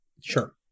Sure